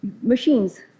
machines